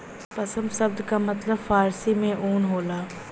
पसम सब्द का मतलब फारसी में ऊन होला